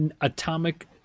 atomic